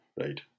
right